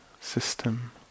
system